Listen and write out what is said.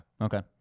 Okay